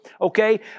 okay